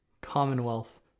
commonwealth